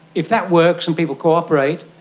if that works and people cooperate,